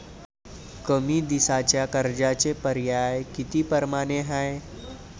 कमी दिसाच्या कर्जाचे पर्याय किती परमाने हाय?